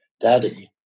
Daddy